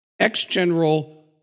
Ex-general